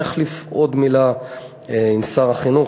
אני אחליף עוד מילה עם שר החינוך.